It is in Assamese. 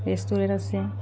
ৰেষ্টুৰেণ্ট আছে